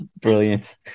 brilliant